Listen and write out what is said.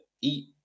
eat